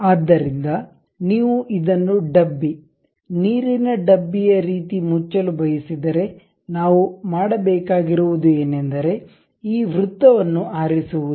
ಆದ್ದರಿಂದ ನೀವು ಇದನ್ನು ಡಬ್ಬಿ ನೀರಿನ ಡಬ್ಬಿಯ ರೀತಿ ಮುಚ್ಚಲು ಬಯಸಿದರೆ ನಾವು ಮಾಡಬೇಕಾಗಿರುವುದು ಏನೆಂದರೆ ಈ ವೃತ್ತವನ್ನು ಆರಿಸುವುದು